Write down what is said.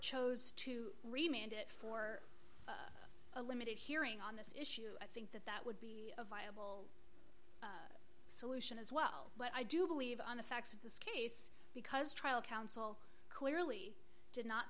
chose to remain and it for a limited hearing on this issue i think that that would be a viable solution as well but i do believe on the facts of this case because trial counsel clearly did not